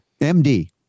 MD